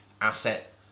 asset